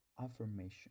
affirmation